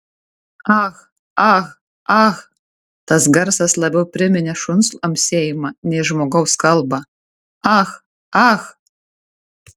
ah ah ah tas garsas labiau priminė šuns amsėjimą nei žmogaus kalbą ah ah